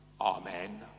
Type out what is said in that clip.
Amen